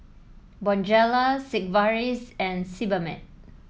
Bonjela Sigvaris and Sebamed